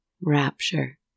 rapture